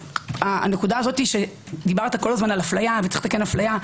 זה שאמרת שצריך לתקן אפליה,